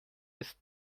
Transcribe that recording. ist